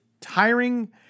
tiring